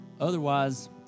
Otherwise